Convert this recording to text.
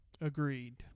Agreed